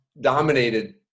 dominated